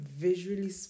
visually